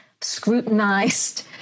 scrutinized